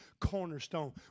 cornerstone